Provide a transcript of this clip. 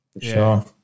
sure